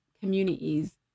communities